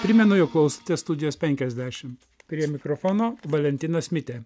primenu jog klausotės studijos penkiasdešimt prie mikrofono valentinas mitė